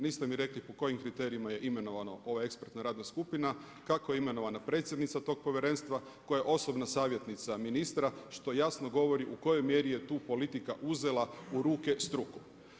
Niste mi rekli po kojim kriterijima je imenovana ova ekspertna radna skupna, kako je imenovana predsjednica tog povjerenstva koja je osobna savjetnica ministra što jasno govori u kojoj mjeri je tu politika uzela u ruke struku.